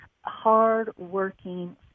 hard-working